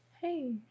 Hey